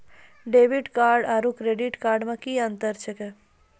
Debit card आरू credit card मे कि अन्तर छैक?